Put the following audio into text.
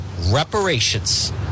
reparations